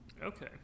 Okay